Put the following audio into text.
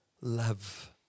love